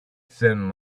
thin